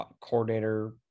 coordinator –